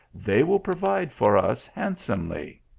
they will provide for us handsomely.